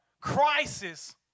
crisis